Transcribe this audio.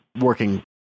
working